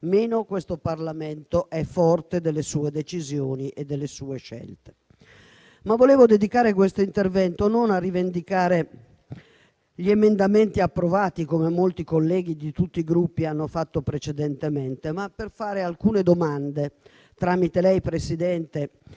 meno questo Parlamento è forte delle sue decisioni e delle sue scelte. Vorrei dedicare questo intervento non a rivendicare gli emendamenti approvati, come molti colleghi di tutti i Gruppi hanno fatto precedentemente, ma per fare alcune domande - tramite lei, Presidente